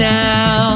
now